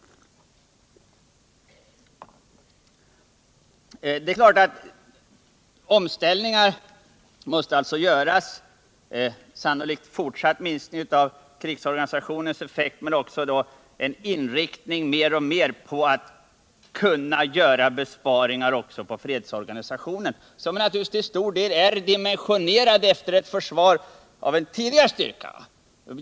Sannolikt kommer en fortsatt minskning av krigsorganisationens effekt. Men det är helt nödvändigt att mer inrikta besparingar på fredsorganisationen, som naturligtvis till stor del är dimensionerad efter ett försvar av tidigare styrka.